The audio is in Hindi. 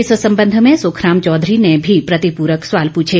इस संबंध में सुखराम चौधरी ने भी प्रतिपूरक सवाल पूछे